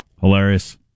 hilarious